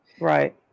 Right